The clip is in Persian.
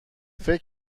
فکر